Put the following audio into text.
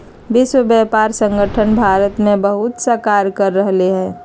विश्व व्यापार संगठन भारत में बहुतसा कार्य कर रहले है